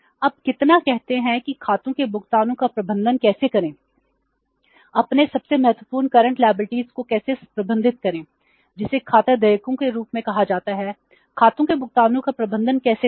अब कितना कहते हैं कि खातों के भुगतानों का प्रबंधन कैसे करें अपने सबसे महत्वपूर्ण करंट लायबिलिटीज को कैसे प्रबंधित करें जिसे खाता देयकों के रूप में कहा जाता है खातों के भुगतानों का प्रबंधन कैसे करें